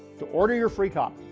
to order your free copy,